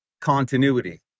continuity